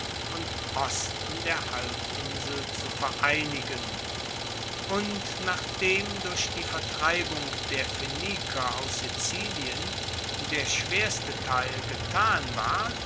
und osten der halbinsel zu vereinigen und nachdem durch die vertreibung der phoeniker aus sizilien der schwerste teil getan war